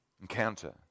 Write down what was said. Encounter